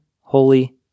holy